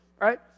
right